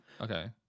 Okay